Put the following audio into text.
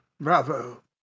Bravo